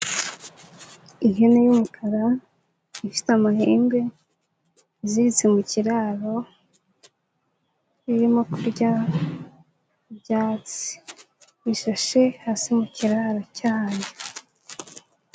Ihene y'umukara, ifite amahembe, iziritse mu kiraro, irimo kurya ibyatsi bishashe hasi mu kiraro cyayo.